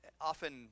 often